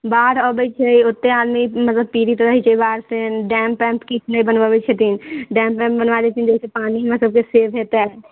बाढ़ि अबै छै ओत्ते आदमी मतलब पीड़ित रहै छै बाढ़िसँ डैम वैम किछु नहि बनबाबै छथिन डैम वैम बनबा देथिन तऽ ओहिसँ पानि हमरा सबके सेव होइतै